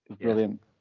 Brilliant